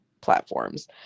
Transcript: platforms